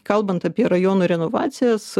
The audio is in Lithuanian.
kalbant apie rajonų renovacijas